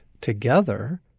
together